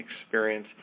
experience